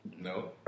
No